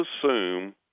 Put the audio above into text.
assume